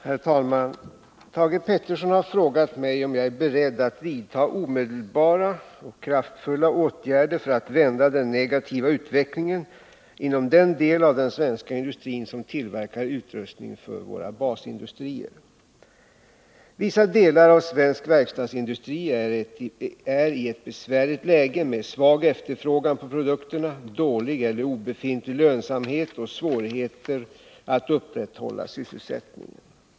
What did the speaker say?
Herr talman! Thage Peterson har frågat mig om jag är beredd att vidta omedelbara och kraftfulla åtgärder för att vända den negativa utvecklingen inom den del av den svenska industrin som tillverkar utrustning för våra basindustrier. Vissa delar av svensk verkstadsindustri är i ett besvärligt läge med svag efterfrågan på produkterna, dålig eller obefintlig lönsamhet och svårigheter att upprätthålla sysselsättningen.